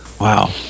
Wow